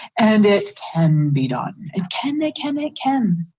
and it can be done it can it can it can.